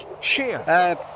share